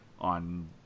on